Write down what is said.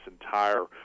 entire